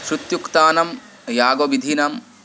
श्रुत्युक्तानां यागविधीनां